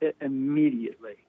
immediately